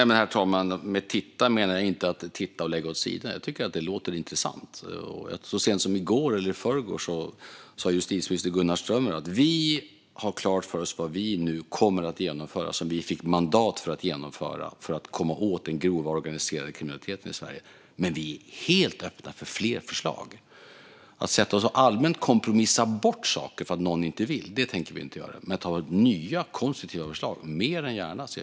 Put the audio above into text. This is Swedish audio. Herr talman! Med titta menar jag inte titta och lägga åt sidan. Jag tycker att det låter intressant. Så sent som i går eller i förrgår sa justitieminister Gunnar Strömmer att vi har klart för oss vad vi nu kommer att genomföra, vad vi fått mandat att genomföra, för att komma åt den grova organiserade kriminaliteten i Sverige. Men vi är helt öppna för fler förslag. Sätta oss och allmänt kompromissa bort saker för att någon inte vill tänker vi inte göra. Men tar emot nya konstruktiva förslag gör vi mer än gärna.